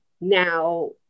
Now